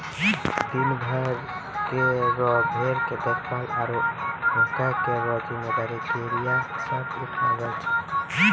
दिनभर गांवों केरो भेड़ के देखभाल आरु हांके केरो जिम्मेदारी गड़ेरिया सब उठावै छै